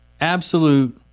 absolute